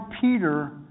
Peter